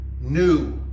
new